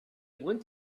went